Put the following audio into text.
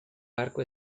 barco